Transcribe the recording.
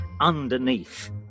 underneath